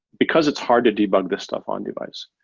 because it's hard to debug to stuff on device.